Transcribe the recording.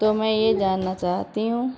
تو میں یہ جاننا چاہتی ہوں